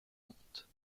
contes